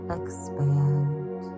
expand